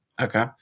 Okay